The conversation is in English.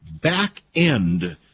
back-end